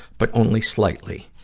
but only slightly.